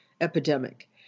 epidemic